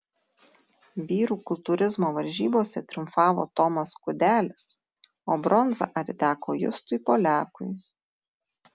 vyrų kultūrizmo varžybose triumfavo tomas kudelis o bronza atiteko justui poliakui